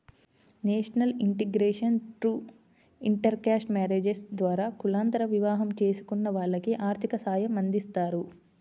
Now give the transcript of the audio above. national integration through intercaste marriages ద్వారా కులాంతర వివాహం చేసుకున్న వాళ్లకి ఆర్థిక సాయమందిస్తారు